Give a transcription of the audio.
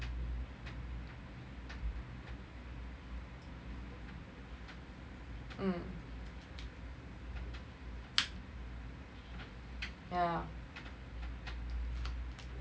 mm